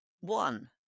one